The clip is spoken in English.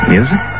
Music